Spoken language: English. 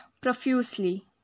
profusely